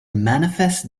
manifest